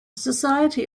society